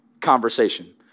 conversation